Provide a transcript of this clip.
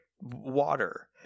water